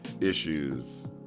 issues